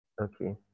Okay